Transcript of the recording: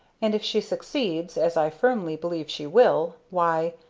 and if she succeeds, as i firmly believe she will, why,